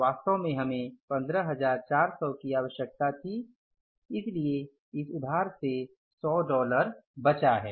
वास्तव में हमें 15400 की आवश्यकता थी इसलिए इस उधार से 100 बचा है